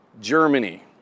Germany